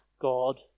God